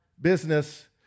business